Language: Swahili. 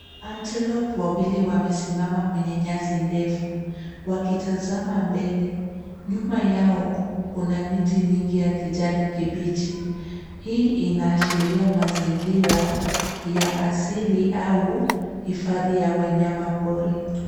Antelope wawili wamesimama kwenye nyasi ndefu, wakitazama mbele. Nyuma yao, kuna miti mingi ya kijani kibichi. Hii inaashiria mazingira ya asili au hifadhi ya wanyama pori.